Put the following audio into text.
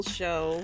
show